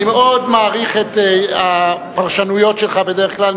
אני מאוד מעריך את הפרשנויות שלך בדרך כלל.